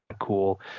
cool